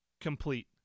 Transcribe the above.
Complete